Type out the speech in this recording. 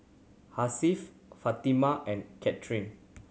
Hasif Fatimah and